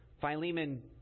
Philemon